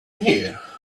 here